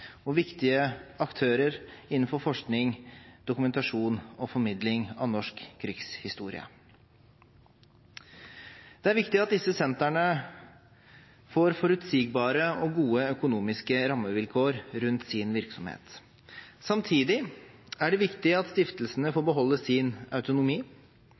og viktige aktører innenfor forskning, dokumentasjon og formidling av norsk krigshistorie. Det er viktig at disse sentrene får forutsigbare og gode økonomiske rammevilkår rundt sin virksomhet. Samtidig er det viktig at stiftelsene får beholde sin autonomi,